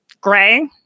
gray